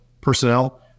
personnel